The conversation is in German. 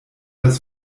das